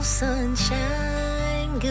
sunshine